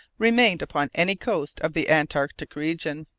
remained upon any coast of the antarctic region.